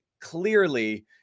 clearly